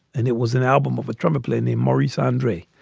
and it was an album of a trumpet player named maurice andre.